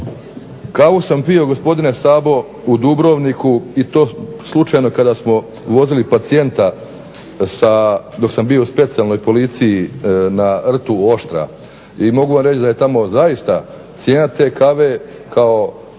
Kavu sam pio gospodine Sabo u Dubrovniku i to slučajno kada smo vozili pacijenta dok sam bio u Specijalnoj policiji na Rtu Oštra i mogu vam reći da je tamo zaista cijena te kave kao